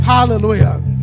Hallelujah